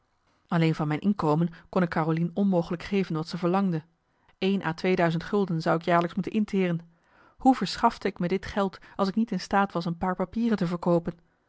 alleen van mijn inkomen kon ik carolien onmogelijk geven wat ze verlangde één à twee duizend gulden zou ik jaarlijks moeten interen hoe verschafte ik me dit geld als ik niet in staat was een paar papieren te verkoopen